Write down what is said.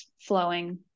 flowing